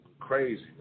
crazy